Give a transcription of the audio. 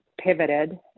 pivoted